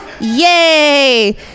Yay